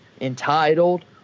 entitled